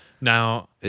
Now